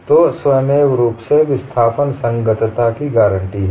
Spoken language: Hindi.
तो स्वमेव रूप से विस्थापन संगतता की गारंटी है